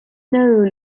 known